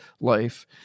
life